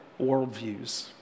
worldviews